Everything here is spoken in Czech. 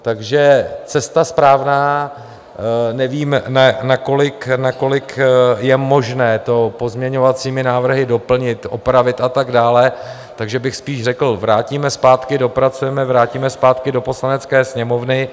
Takže cesta správná nevíme, nakolik je možné to pozměňovacími návrhy doplnit, opravit a tak dále, takže bych spíš řekl: vrátíme zpátky, dopracujeme, vrátíme zpátky do Poslanecké sněmovny.